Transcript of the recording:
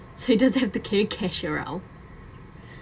so he doesn't have carry cashier out